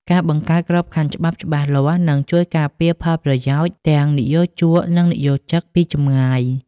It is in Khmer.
ការបង្កើតក្របខ័ណ្ឌច្បាប់ច្បាស់លាស់ នឹងជួយការពារផលប្រយោជន៍ទាំងនិយោជក និងនិយោជិតពីចម្ងាយ។